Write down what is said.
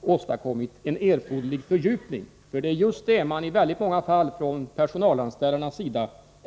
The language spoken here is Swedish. åstadkommit erforderlig fördjupning. Det är nämligen just detta som väldigt många personalanställare efterfrågar.